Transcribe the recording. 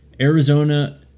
Arizona